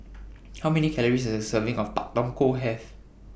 How Many Calories Does A Serving of Pak Thong Ko Have